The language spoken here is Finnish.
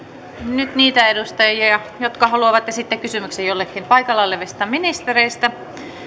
nyt niitä edustajia jotka haluavat esittää kysymyksen jollekin paikalla olevista ministereistä